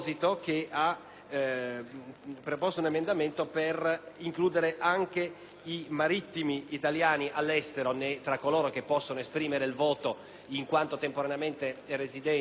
i marittimi italiani all'estero tra coloro che possono esprimere il voto in quanto temporaneamente residenti all'estero. È necessità che era stata avanzata